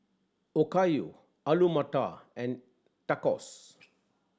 Okayu Alu Matar and Tacos